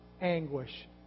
anguish